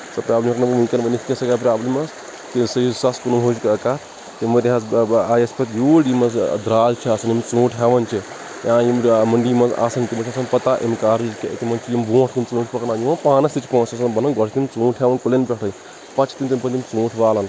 سۄ پرابلِم ہیٚکہٕ نہٕ بہٕ ؤنکیٚن ؤنِتھ کینٛہہ سۄ کِیٛاہ پرابلِم ٲس یہِ سا یہِ زٕ ساس کُنوُہٕچ کَتھ تمہِ ؤرۍ حظ بہٕ آیس پتہٕ یوٗرۍ یِم حظ درال چھِ آسان یِم ژونٛٹھۍ ہیٚوان چھِ تہٕ آیہِ یِم منڈِی منٛز آسان تِمن چھِ آسان پتہ اِمہِ کارٕچ تِمَن چھِ یِم برونٛٹھ کُن پانَس پونٛسہٕ چھِ بَنَن گۄڈٕ چھِ تِم ژونٛٹھۍ ہیٚوان کُلٮ۪ن پؠٹھٕے پَتہٕ چھِ تِم ژُونٛٹھۍ والان